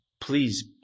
please